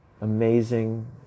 Amazing